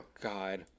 God